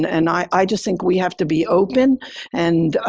and and i just think we have to be open and,